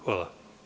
Hvala.